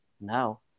now